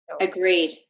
agreed